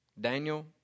Daniel